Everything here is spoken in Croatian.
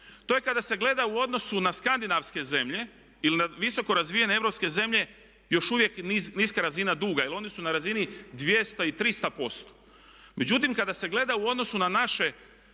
To je kada se gleda u odnosu na skandinavske zemlje ili na visoko razvijene europske zemlje još uvijek niska razina duga, jer oni su na razini 200 i 300%. Međutim, kada se gleda u odnosu na naše